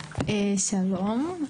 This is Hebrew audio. שלום,